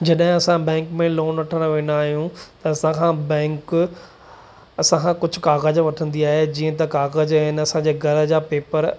जॾहिं असां बैंक में लोन वठणु वेंदा आहियूं त असांखां बैंक असांखां कुझु काग़ज़ वठंदी आहे जीअं त काग़ज़ ऐं इन असांजे घर जा पेपर